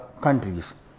countries